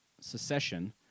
secession